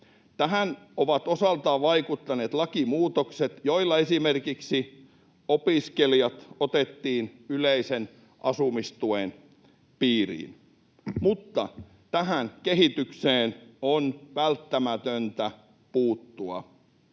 Tähän ovat osaltaan vaikuttaneet lakimuutokset, joilla esimerkiksi opiskelijat otettiin yleisen asumistuen piiriin, mutta tähän kehitykseen on välttämätöntä puuttua.